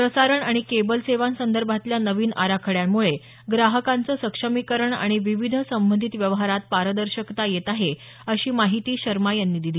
प्रसारण आणि केबल सेवांसदर्भातल्या नवीन आराखड्यामुळे ग्राहकांच सक्षमीकरण आणि विविध संबंधित व्यवहारात पारदर्शकता येत आहे अशी माहिती शर्मा यांनी दिली